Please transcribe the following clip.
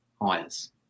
hires